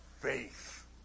faith